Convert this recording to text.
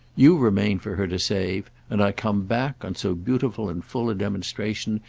you remain for her to save, and i come back, on so beautiful and full a demonstration,